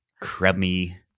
crummy